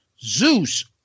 Zeus